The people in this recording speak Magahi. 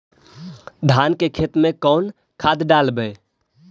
धान के खेत में कौन खाद डालबै?